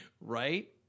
Right